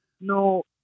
no